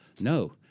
no